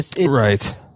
Right